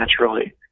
naturally